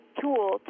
tool